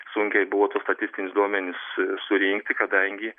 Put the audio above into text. sunkiai buvo tuos statistinius duomenis surinkti kadangi